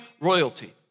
royalty